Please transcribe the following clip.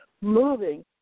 moving